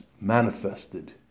manifested